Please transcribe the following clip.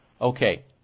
Okay